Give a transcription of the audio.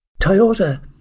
Toyota